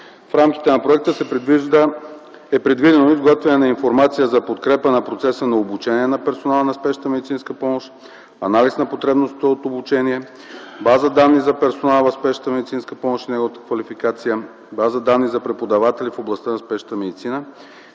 В рамките на проекта е предвидено изготвяне на информация за подкрепа на процеса на обучение на персонала на спешната медицинска помощ, анализ на потребността от обучение, база данни за персонала в спешната медицинска помощ и неговата квалификация, база данни за преподаватели в областта на спешната медицина,